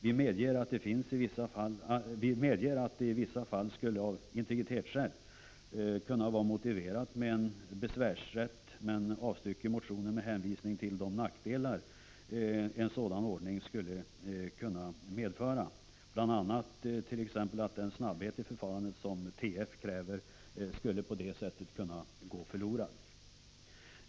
Vi medger att det i vissa fall av integritetsskäl skulle kunna vara motiverat med besvärsrätt men avstyrker motionen med hänvisning till de nackdelar som en sådan ordning skulle kunna medföra — bl.a. skulle den snabbhet i förfarandet som tryckfrihetsförordningen, TF, kräver kunna gå förlorad.